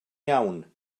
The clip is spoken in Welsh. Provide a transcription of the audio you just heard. iawn